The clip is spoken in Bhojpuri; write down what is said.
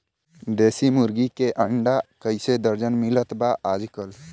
देशी मुर्गी के अंडा कइसे दर्जन मिलत बा आज कल?